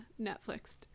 Netflix